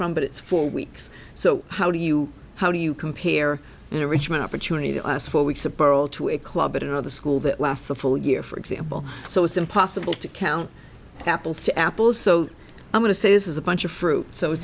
from but it's four weeks so how do you how do you compare the richmond opportunity the last four weeks a barrel to a club at another school that lasts a full year for example so it's impossible to count apples to apples so i'm going to say this is a bunch of fruit so